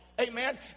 Amen